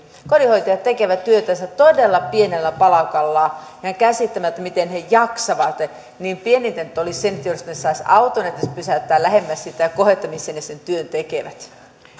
kun kotihoitajat tekevät työtänsä todella pienellä palkalla ja on ihan käsittämätöntä miten he jaksavat niin pienintä nyt olisi se jos he saisivat auton edes pysäyttää lähemmäs sitä kohdetta missä he sen työn tekevät